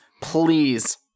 please